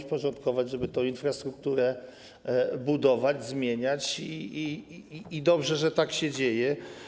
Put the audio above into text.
Trzeba porządkować, żeby tę infrastrukturę budować, zmieniać, i dobrze, że tak się dzieje.